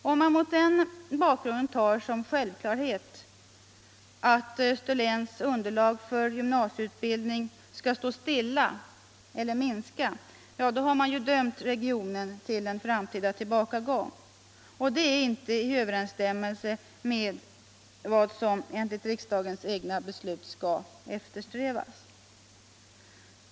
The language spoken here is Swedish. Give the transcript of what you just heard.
Om man mot den här bakgrunden tar som en självklarhet att Österlens underlag för gymnasieutbildning skall stå stilla eller minska — ja, då har man dömt regionen till en framtida tillbakagång. Och det är inte i överensstämmelse med vad som enligt riksdagens egna beslut skall eftersträvas.